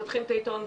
פותחים את העיתון,